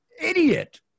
Idiot